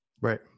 Right